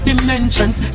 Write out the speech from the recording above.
Dimensions